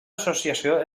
associació